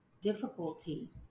difficulty